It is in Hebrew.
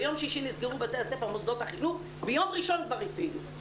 ביום שישי נסגרו בתי הספר ומוסדות החינוך וביום ראשון כבר הפעילו.